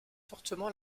fortement